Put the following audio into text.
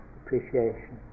appreciation